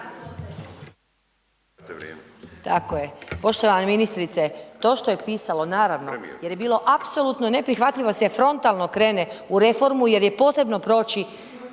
Poštovana ministrice. To što je pisalo naravno jer je bilo apsolutno neprihvatljivo da se frontalno krene u reformu jer je potrebno proći